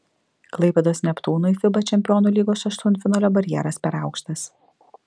klaipėdos neptūnui fiba čempionų lygos aštuntfinalio barjeras per aukštas